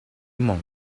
monk